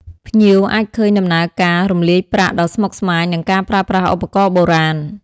ភ្ញៀវអាចឃើញដំណើរការ រំលាយប្រាក់ ដ៏ស្មុគស្មាញ និងការប្រើប្រាស់ឧបករណ៍បុរាណ។